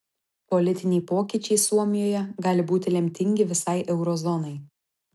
politiniai pokyčiai suomijoje gali būti lemtingi visai euro zonai